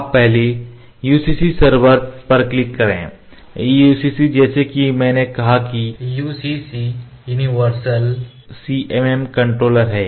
आप पहले UCC server पर क्लिक करें UCC जैसा कि मैंने कहा कि UCC यूनिवर्सल CMM कंट्रोलर है